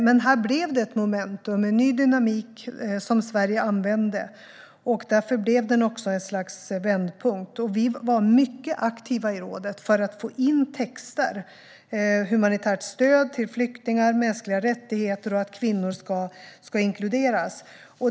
Men här blev det ett momentum, med ny dynamik som Sverige använde. Därför blev det också ett slags vändpunkt. Sverige var mycket aktivt i rådet för att få in texter om humanitärt stöd till flyktingar, mänskliga rättigheter och att kvinnor ska inkluderas.